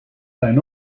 down